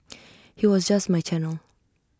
he was just my channel